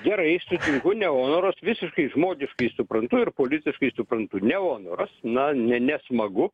gerai sutinku ne onoras visiškai žmogiškai suprantu ir politiškai suprantu ne onoras na ne nesmagu